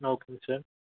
ஓகேங்க சார்